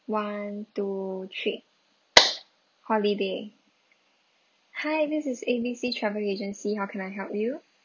one two three holiday hi this is A B C travel agency how can I help you